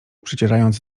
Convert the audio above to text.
przecierając